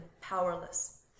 powerless